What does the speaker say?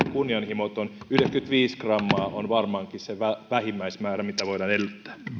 kunnianhimoton yhdeksänkymmentäviisi grammaa on varmaankin se vähimmäismäärä mitä voidaan edellyttää